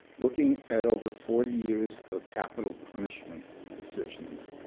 looking at over forty years of capital punishment decisions,